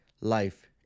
life